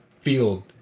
field